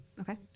Okay